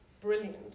brilliant